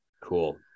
cool